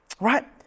Right